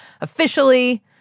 officially